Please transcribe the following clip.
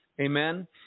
Amen